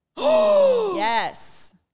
Yes